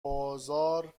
بازار